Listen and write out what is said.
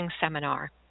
seminar